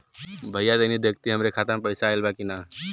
भईया तनि देखती हमरे खाता मे पैसा आईल बा की ना?